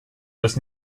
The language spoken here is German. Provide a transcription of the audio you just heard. das